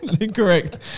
Incorrect